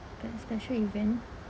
a special event